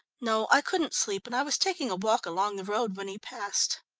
no, i couldn't sleep, and i was taking a walk along the road when he passed.